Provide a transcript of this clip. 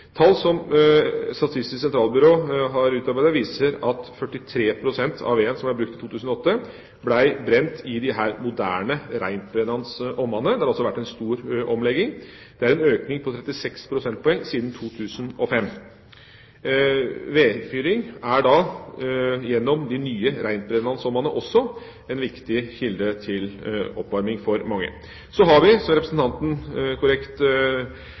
Tall som Statistisk sentralbyrå har utarbeidet, viser at 43 pst. av veden som er brukt i 2008, ble brent i disse moderne rentbrennende ovnene. Det har altså vært en stor omlegging. Det er en økning på 36 pst. siden 2005. Vedfyring er, gjennom de nye rentbrennende ovnene også en viktig kilde til oppvarming for mange. Så har vi, som representanten korrekt